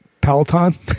Peloton